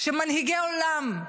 שמנהיגי עולם,